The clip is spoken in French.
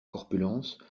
corpulence